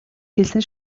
хэлсэн